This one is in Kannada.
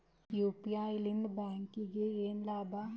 ಯು.ಪಿ.ಐ ಲಿಂದ ಬ್ಯಾಂಕ್ಗೆ ಏನ್ ಲಾಭ?